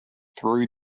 through